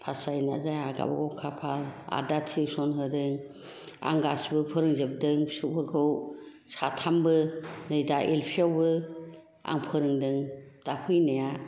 pass जायोना जाया गावबागाव खाफाल आरो दा टिउसन होदों आं गासिबो फोरोंजोबदों फिसौफोरखौ साथामबो नै दा एल पि आवबो आं फोरोंदों दा फैनाया